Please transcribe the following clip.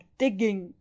digging